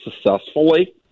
successfully